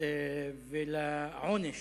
ליחס ולעונש,